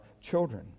children